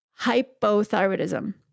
hypothyroidism